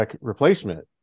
replacement